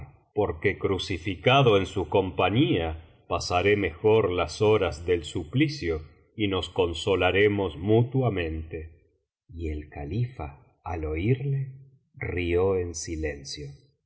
una noche en su compañía pasaré mejor las horas del suplicio y nos consolaremos mutuamente y el califa al oírle rió en silencio